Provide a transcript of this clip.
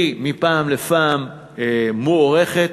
היא מפעם לפעם מוארכת.